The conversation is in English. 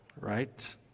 right